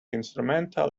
instrumental